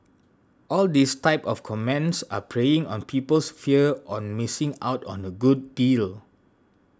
all these type of comments are preying on people's fear on missing out on a good deal